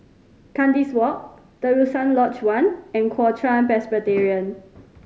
Kandis Walk Terusan Lodge One and Kuo Chuan Presbyterian